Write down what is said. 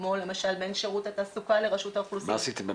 כמו למשל בין שירות התעסוקה לרשות האוכלוסין.